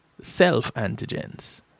self-antigens